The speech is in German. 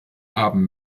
haben